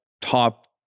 top